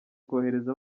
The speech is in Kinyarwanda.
kohereza